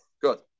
Good